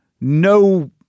no